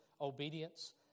obedience